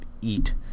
eat